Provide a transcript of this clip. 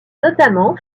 notamment